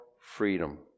freedom